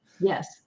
Yes